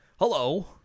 Hello